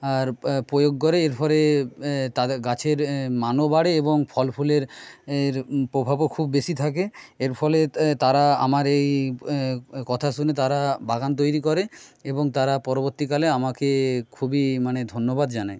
আর প্রয়োগ করে এর ফলে তার গাছের মানও বাড়ে এবং ফল ফুলের প্রভাবও খুব বেশি থাকে এর ফলে তারা আমার এই কথা শুনে তারা বাগান তৈরি করে এবং তারা পরবর্তীকালে আমাকে খুবই মানে ধন্যবাদ জানায়